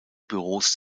büros